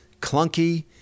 clunky